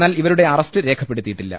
എന്നാൽ ഇവരുടെ അറസ്റ്റ് രേഖപ്പെടുത്തി യിട്ടില്ല